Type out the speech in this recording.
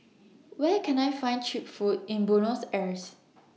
Where Can I Find Cheap Food in Buenos Aires